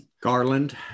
Garland